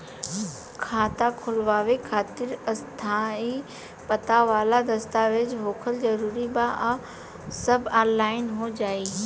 खाता खोलवावे खातिर स्थायी पता वाला दस्तावेज़ होखल जरूरी बा आ सब ऑनलाइन हो जाई?